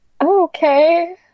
Okay